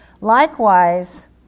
Likewise